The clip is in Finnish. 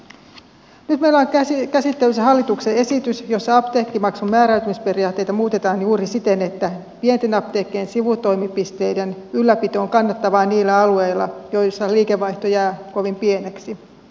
nyt meillä on käsittelyssä hallituksen esitys jossa apteekkimaksun määräytymisperiaatteita muutetaan juuri siten että pienten apteekkien sivutoimipisteiden ylläpito on kannattavaa niillä alueilla joilla liikevaihto jää kovin pieneksi